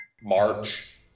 March